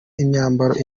imyambaro